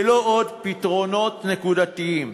ולא עוד פתרונות נקודתיים.